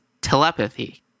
Telepathy